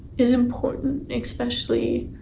is important, especially